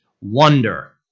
Wonder